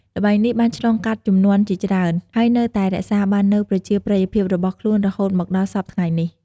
ល្បែងនេះបានឆ្លងកាត់ជំនាន់ជាច្រើន ហើយនៅតែរក្សាបាននូវប្រជាប្រិយភាពរបស់ខ្លួនរហូតមកដល់សព្វថ្ងៃនេះ។